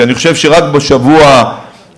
כי אני חושב שרק בשבוע האחרון,